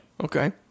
Okay